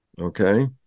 Okay